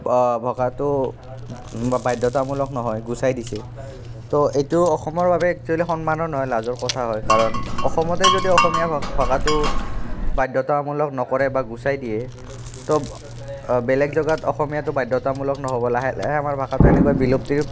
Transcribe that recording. ভাষাটো বাধ্যতামূলক নহয় গুচাই দিছে তো এইটো অসমৰ বাবে একচুৱেলি সন্মানৰ নহয় লাজৰ কথা হয় কাৰণ অসমতেই যদি অসমীয়া ভা ভাষাটো বাধ্যতামূলক নকৰে বা গুচাই দিয়ে তো বেলেগ জেগাত অসমীয়াটো বাধ্যতামূলক নহ'ব লাহে লাহে আমাৰ ভাষাটো এনেকৈ বিলুপ্তিৰ